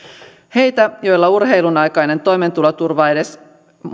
heitä joilla urheilun aikainen toimeentuloturva riittää edes